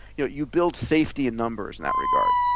you know you build safety in numbers in that regard.